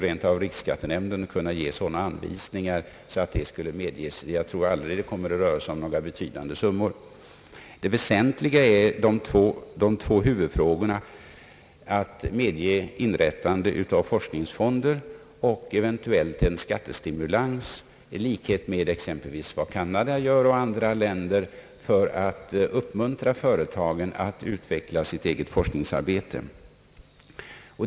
Rent av riksskattenämnden skulle kunna ges sådana anvisningar att stöd medges. Jag tror att det aldrig kommer att röra sig om några betydande summor. Det väsentliga är de två huvudfrågorna att medge inrättandet av forskningsfonder och eventuellt en skattestimulans, i likhet med vad exempelvis Kanada och andra länder gör för att uppmuntra företag att utveckla sitt eget forskningsarbete.